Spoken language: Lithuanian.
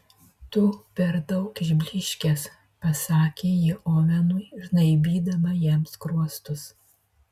tu per daug išblyškęs pasakė ji ovenui žnaibydama jam skruostus